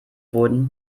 wurden